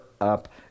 up